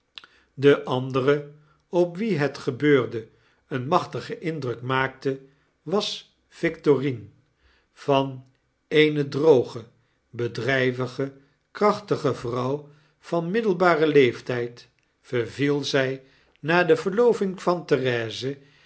de andere op wie het gebeurde een machtigen indruk maakte was victorine van eene droge bedryvige krachtige vrouw van middelbaren leeftyd verviel zij na de verloving van therese